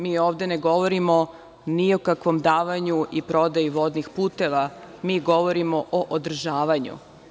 Mi ovde ne govorimo niokakvom davanju i prodaji vodnih puteva, mi govorimo o održavanju.